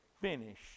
finish